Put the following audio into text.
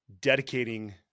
dedicating